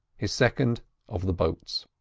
his second of the boats.